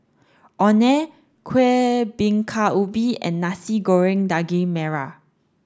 Orh Nee Kueh Bingka Ubi and Nasi Goreng Daging Merah